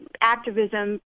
activism